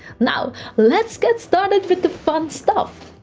now let's get started with the fun stuff